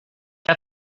qué